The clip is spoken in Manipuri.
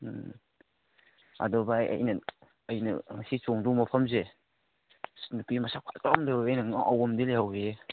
ꯎꯝ ꯑꯗꯨ ꯚꯥꯏ ꯑꯩꯅ ꯉꯁꯤ ꯆꯣꯡꯒꯗꯣꯏ ꯃꯐꯝꯁꯦ ꯅꯨꯄꯤ ꯃꯁꯛ ꯐꯖꯕ ꯑꯃ ꯂꯩꯍꯧꯋꯦꯍꯦ ꯑꯩꯅ ꯉꯥꯎꯕ ꯑꯃꯗꯤ ꯂꯩꯍꯧꯏ ꯍꯦ